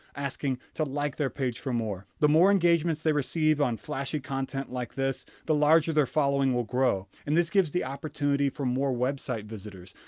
asking to like their page for more. the more engagements they receive on flashy content, like the larger their following will grow, and this gives the opportunity for more website visitors,